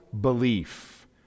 belief